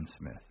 Smith